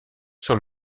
sur